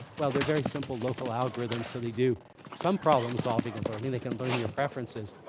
well, they're very simple, local algorithms, so they do some problem solving and learning. they can learn your preferences.